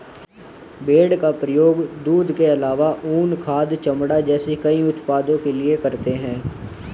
भेड़ का प्रयोग दूध के आलावा ऊन, खाद, चमड़ा जैसे कई उत्पादों के लिए करते है